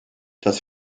das